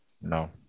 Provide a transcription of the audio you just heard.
No